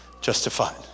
justified